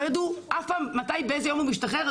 ידעו אף פעם ומתי באיזה יום הוא משתחרר.